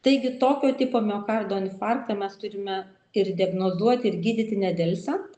taigi tokio tipo miokardo infarktą mes turime ir diagnozuoti ir gydyti nedelsiant